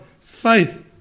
faith